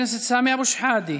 חבר הכנסת סמי אבו שחאדה,